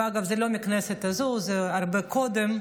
אגב, זה לא מהכנסת הזאת, זה הרבה קודם,